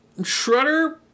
Shredder